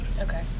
okay